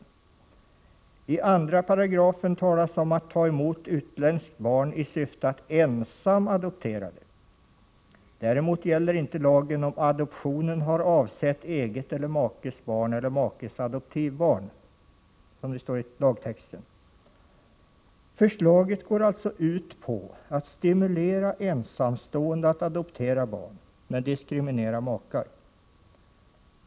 I 2 § talas det om att ta emot utländskt barn ”i syfte att ensam adoptera det”. Däremot gäller inte lagen om ”adoptionen har avsett eget eller makes barn eller makes adoptivbarn”. Förslaget går alltså ut på att stimulera ensamstående att adoptera barn, men det diskriminerar makar.